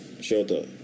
shelter